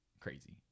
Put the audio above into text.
crazy